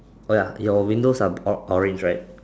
oh ya your windows are o~ orange right